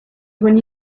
even